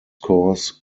course